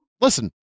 Listen